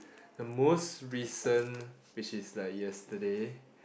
the most recent which is like yesterday